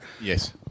Yes